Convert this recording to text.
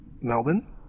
melbourne